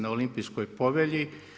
Na Olimpijskoj povelji.